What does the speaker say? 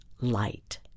light